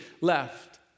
left